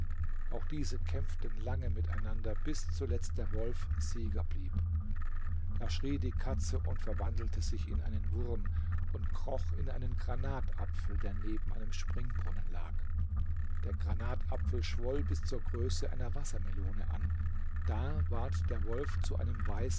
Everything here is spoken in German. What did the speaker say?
auch diese kämpften lange miteinander bis zuletzt der wolf sieger blieb da schrie die katze und verwandelte sich in einen wurm und kroch in einen granatapfel der neben einem springbrunnen lag der granatapfel schwoll bis zur größe einer wassermelone an da ward der wolf zu einem